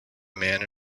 man